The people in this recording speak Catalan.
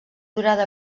durada